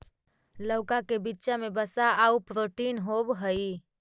लउका के बीचा में वसा आउ प्रोटीन होब हई